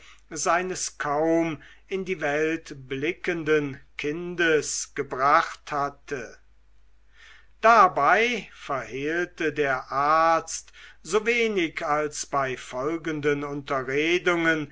seines kaum in die welt blickenden kindes gebracht hatte dabei verhehlte der arzt so wenig als bei folgenden unterredungen